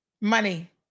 Money